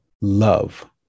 love